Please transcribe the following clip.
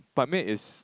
Ban-Mian is